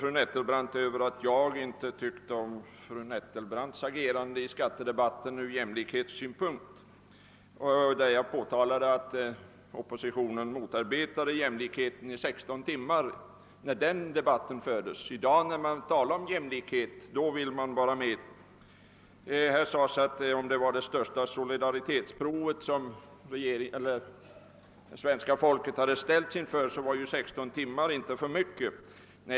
Fru Nettelbrandt ondgjorde sig över att jag inte tyckte om fru Nettelbrandts agerande i skattedebatten ur jämlikhetssynpunkt och påtalade att man motarbetade jämlikheten i 16 timmar, när den debatten fördes. När man i dag talar om jämlikhet vill man emellertid vara med. Här sades att om det var det största solidaritetsprov som svenska folket ställts inför, så var 16 timmars debatt inte för mycket.